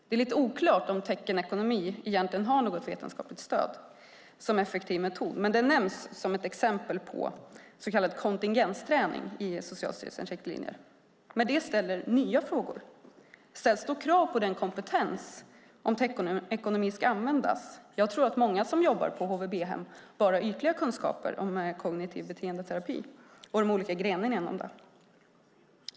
Det är oklart om teckenekonomi har något vetenskapligt stöd som effektiv metod, men den nämns som exempel på så kallad kontingensträning i Socialstyrelsens riktlinjer. Det ställer dock nya frågor. Ställs det krav på denna kompetens om teckenekonomi ska användas? Jag tror att många som jobbar på HVB-hem bara har ytliga kunskaper i kognitiv beteendeterapi och de olika grenarna inom det.